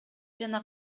жана